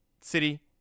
City